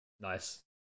nice